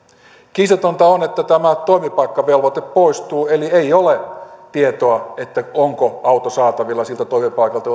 kiistatonta on että toimipaikkavelvoite poistuu eli ei ole tietoa onko auto saatavilla siltä toimipaikalta